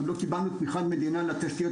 גם לא קיבלנו תמיכת מדינה על התשתיות